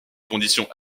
conditions